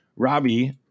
Robbie